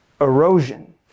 erosion